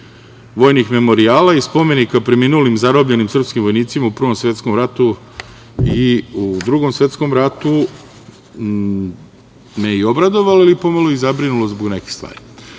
vojnih memorijala i spomenika preminulim, zarobljenim srpskim vojnicima u Prvom svetskom ratu i u Drugom svetskom ratu me je i obradovalo, ali i pomalo zabrinulo zbog nekih stvari. Ja